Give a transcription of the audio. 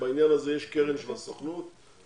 כן, אבל בעניין זה יש קרן של הסוכנות שמסייעת.